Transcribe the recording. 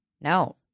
No